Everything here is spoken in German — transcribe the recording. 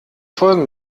folgen